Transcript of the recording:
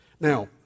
Now